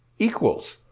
equals.